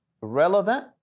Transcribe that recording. relevant